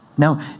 Now